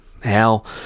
Hell